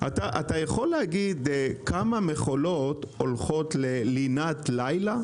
אתה יודע להגיד כמה מכולות הולכות ללינת לילה?